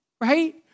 Right